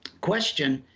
question,